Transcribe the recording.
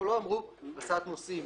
ה-ICAO לא אמרו הסעת נוסעים